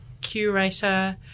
curator